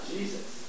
Jesus